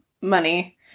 money